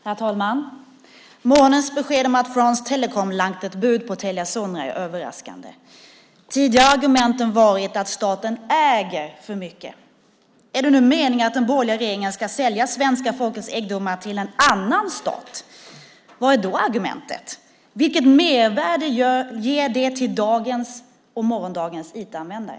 Herr talman! Morgonens besked om att France Telecom lagt ett bud på Telia Sonera är överraskande. Tidigare har argumenten varit att staten äger för mycket. Är det nu meningen att den borgerliga regeringen ska sälja svenska folkets egendomar till en annan stat? Vad är då argumentet? Vilket mervärde ger det till dagens och morgondagens IT-användare?